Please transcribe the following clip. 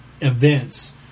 events